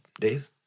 Dave